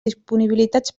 disponibilitats